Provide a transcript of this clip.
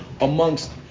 amongst